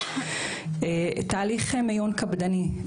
תהליך מיון קפדני,